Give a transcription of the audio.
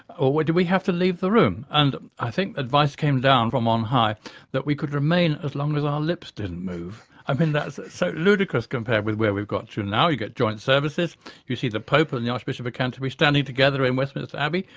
or would we have to leave the room? and i think advice came down from on high that we could remain as long as our lips didn't move. i mean that's so ludicrous compared with where we've got to now. you get joint services you see the pope and the archbishop of canterbury standing together in westminster abbey,